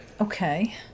Okay